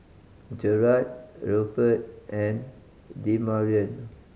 Gerard Rupert and Demarion